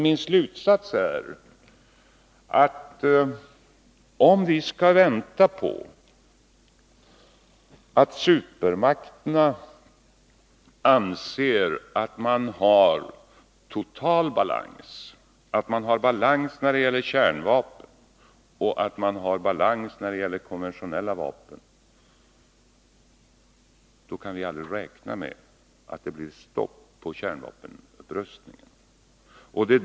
Min slutsats är att om vi skall vänta på att supermakterna anser att de har en total balans — att de har balans när det gäller kärnvapen och att de har balans när det gäller konventionella vapen — kan vi aldrig räkna med att det blir stopp på kärnvapenupprustningen.